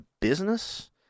business